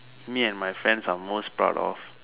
me and my friends are most proud of